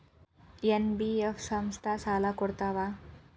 NBF ಸಂಸ್ಥಾ ಸಾಲಾ ಕೊಡ್ತಾವಾ?